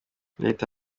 leta